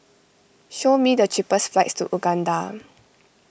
show me the cheapest flights to Uganda